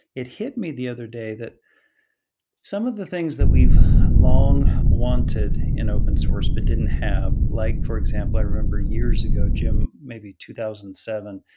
it hit me the other day that some of the things that we've long wanted in open source but didn't have, like for example i remember years ago, jim, maybe two thousand and seven,